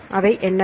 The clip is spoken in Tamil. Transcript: அவை என்னென்ன